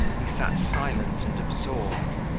he sat silent and absorbed,